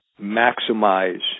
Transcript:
maximize